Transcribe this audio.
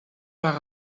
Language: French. par